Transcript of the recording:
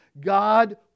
God